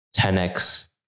10x